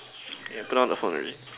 put down the phone already